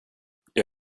jag